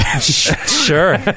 Sure